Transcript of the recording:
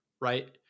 Right